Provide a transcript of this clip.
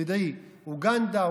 תדעי: אוגנדה,